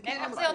זה כן המקום.